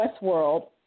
Westworld